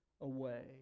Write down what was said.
away